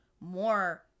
more